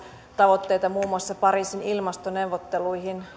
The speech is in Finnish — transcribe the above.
tavoitteita muun muassa pariisin ilmastoneuvotteluihin